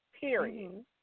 Period